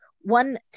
One